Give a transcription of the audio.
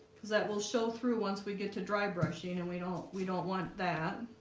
because that will show through once we get to dry brushing and and we don't we don't want that